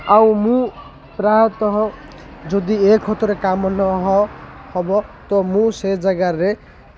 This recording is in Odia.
ଆଉ ମୁଁ ପ୍ରାୟତଃ ଯଦି ଏକ ଖତରେ କାମ ନ ହବ ତ ମୁଁ ସେ ଜାଗାରେ